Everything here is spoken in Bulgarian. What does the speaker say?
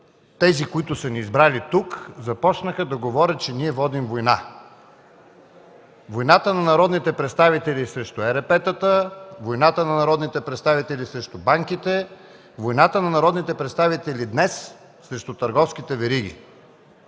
тези, които са ни избрали тук, започнаха да говорят, че ние водим война. Войната на народните представители срещу ЕРП-тата, войната на народните представители срещу банките, войната на народните представители днес срещу търговските вериги